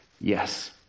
yes